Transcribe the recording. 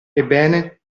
ebbene